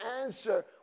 answer